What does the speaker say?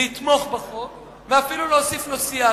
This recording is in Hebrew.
לתמוך בחוק ואפילו להוסיף לו סייג,